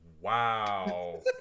wow